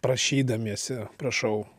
prašydamiesi prašau